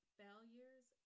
failures